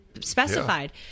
specified